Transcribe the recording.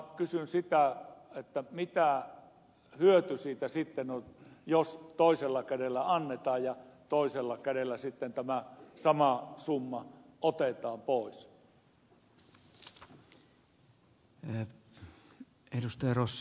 minä vaan kysyn mikä hyöty siitä sitten on jos toisella kädellä annetaan ja toisella kädellä tämä sama summa otetaan pois